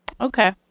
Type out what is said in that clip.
Okay